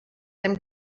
them